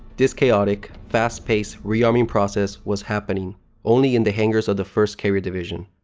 this chaotic, fast-paced rearming process was happening only in the hangars of the first carrier division.